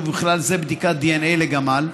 ובכלל זה בדיקת דנ"א לגמל.